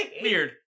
Weird